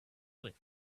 live